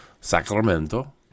Sacramento